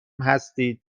هستید